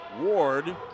Ward